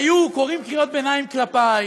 היו קוראים קריאות ביניים כלפי,